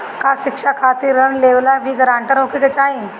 का शिक्षा खातिर ऋण लेवेला भी ग्रानटर होखे के चाही?